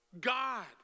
God